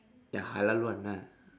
ya halal one ah